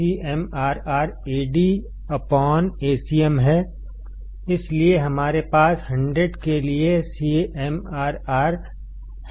CMRR Ad Acm हैइसलिए हमारे पास 100 के लिए सीएमआरआर हैAd5000 है